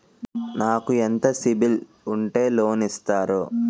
నాకు ఎంత సిబిఐఎల్ ఉంటే లోన్ ఇస్తారు?